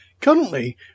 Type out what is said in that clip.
Currently